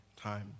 time